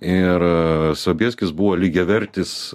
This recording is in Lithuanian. ir sobieskis buvo lygiavertis